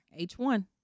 H1